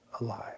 alive